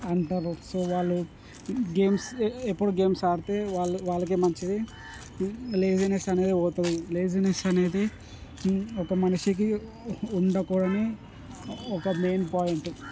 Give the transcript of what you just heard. అంటారు సో వాళ్ళు గేమ్స్ ఎప్పుడు గేమ్స్ ఆడితే వాళ్ళ వాళ్ళకే మంచిది లేజినెస్ అనేది పోతుంది లేజినెస్ అనేది ఒక మనిషికి ఉండకూడని ఒక మెయిన్ పాయింట్